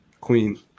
Queen